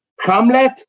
Hamlet